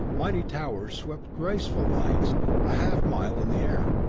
mighty towers swept graceful lines a half mile in the air,